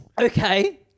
Okay